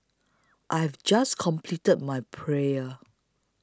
I have just completed my prayer